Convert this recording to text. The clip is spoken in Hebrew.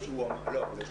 עידן,